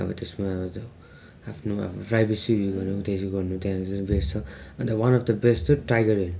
अब त्यसमा त आफ्नो अब प्राइबेसी त्यहाँनिर बेस छ अन्त वान अफ द बेस्ट चाहिँ टाइगर हिल